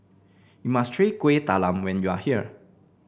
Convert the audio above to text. you must try Kuih Talam when you are here